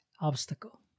obstacle